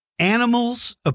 animals